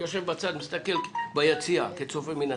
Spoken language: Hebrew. יושב בצד ומסתכל ביציע כצופה מהצד.